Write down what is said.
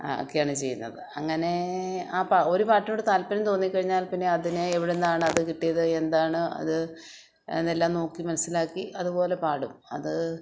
ഒക്കെയാണ് ചെയ്യുന്നത് അങ്ങനേ ആ പാ ഒരു പാട്ടിനോട് താല്പര്യം തോന്നിക്കഴിഞ്ഞാൽ പിന്നെ അതിനെ എവിടെനിന്നാണ് അത് കിട്ടിയത് എന്താണ് അത് എന്നെല്ലാം നോക്കി മനസ്സിലാക്കി അതുപോലെ പാടും അത്